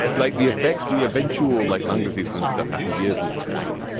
like the effect the eventual light lung disease and stuff happened years and years later.